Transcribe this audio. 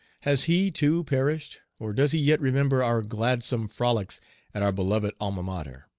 has he, too, perished, or does he yet remember our gladsome frolics at our beloved alma mater.